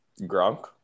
Gronk